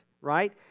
right